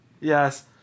Yes